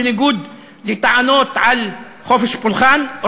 בניגוד לטענות על חופש פולחן,